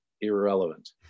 irrelevant